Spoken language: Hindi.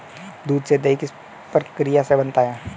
दूध से दही किस प्रक्रिया से बनता है?